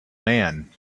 man